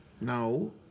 No